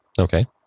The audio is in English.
Okay